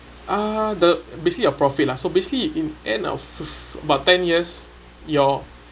uh the basically a profit lah so basically in end of fifth about ten years your